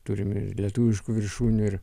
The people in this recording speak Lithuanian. turim ir lietuviškų viršūnių ir